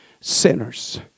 sinners